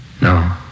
No